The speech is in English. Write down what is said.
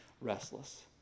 restless